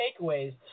takeaways